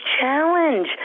challenge